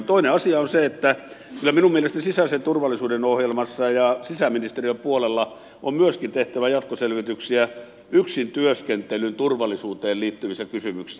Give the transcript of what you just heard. toinen asia on se että kyllä minun mielestäni myöskin sisäisen turvallisuuden ohjelmassa ja sisäministeriön puolella on tehtävä jatkoselvityksiä yksintyöskentelyn turvallisuuteen liittyvissä kysymyksissä